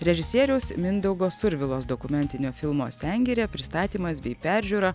režisieriaus mindaugo survilos dokumentinio filmo sengirė pristatymas bei peržiūra